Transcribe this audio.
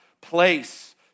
place